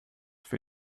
für